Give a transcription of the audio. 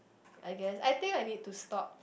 I guess I think I need to stop